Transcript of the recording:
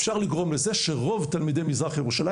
אפשר לגרום לכך שרוב תלמידי מזרח ירושלים